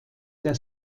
der